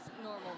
normal